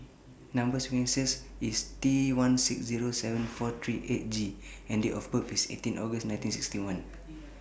Number sequence IS T one six Zero seven four three eight G and Date of birth IS eighteen August nineteen sixty one